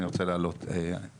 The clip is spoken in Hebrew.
אני רוצה להגיד משהו